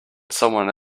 someone